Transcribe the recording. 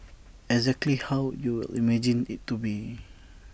exactly how you would imagine IT to be